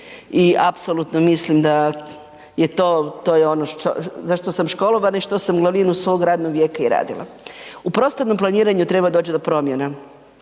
i apsolutno mislim da je to, to je ono za što sam školovana i što sam glavninu svog radnog vijeka i radila. U prostornom planiranju treba doći do promjena.